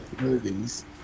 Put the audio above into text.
movies